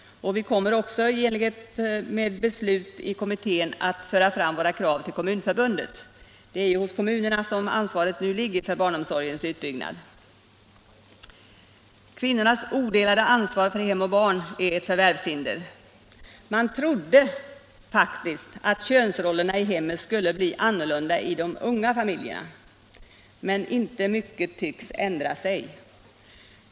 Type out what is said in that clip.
I enlighet med beslut i kommittén kommer vi också att föra fram våra krav till Kommunförbundet. Det är i kommunerna som ansvaret nu ligger för barnomsorgens utbyggnad. Kvinnornas odelade ansvar för hem och barn är ett förvärvshinder. Man trodde faktiskt att könsrollerna i hemmet skulle bli annorlunda i de unga familjerna, men inte mycket tycks ändra sig.